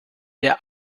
der